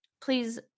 Please